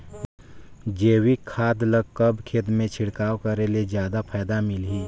जैविक खाद ल कब खेत मे छिड़काव करे ले जादा फायदा मिलही?